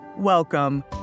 Welcome